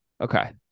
Okay